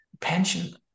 pension